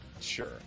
Sure